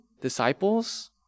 disciples